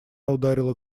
ударила